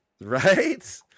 right